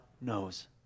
knows